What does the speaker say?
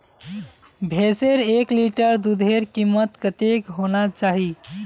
भैंसेर एक लीटर दूधेर कीमत कतेक होना चही?